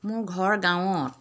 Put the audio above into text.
মোৰ ঘৰ গাঁৱত